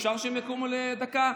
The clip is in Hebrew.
אפשר שהם יקומו לדקה?